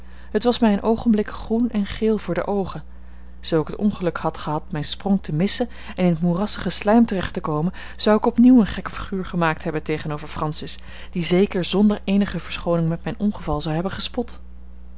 het was mij een oogenblik groen en geel voor de oogen zoo ik het ongeluk had gehad mijn sprong te missen en in t moerassige slijk terecht te komen zou ik opnieuw een gek figuur gemaakt hebben tegenover francis die zeker zonder eenige verschooning met mijn ongeval zou hebben gespot